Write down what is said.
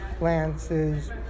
lances